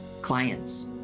clients